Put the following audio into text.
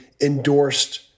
endorsed